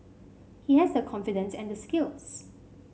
he has the confidence and the skills